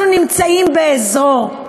אנחנו נמצאים באזור,